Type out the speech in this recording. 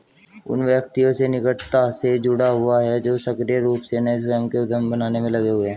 उन व्यक्तियों से निकटता से जुड़ा हुआ है जो सक्रिय रूप से नए स्वयं के उद्यम बनाने में लगे हुए हैं